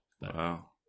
Wow